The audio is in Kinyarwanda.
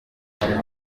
ajya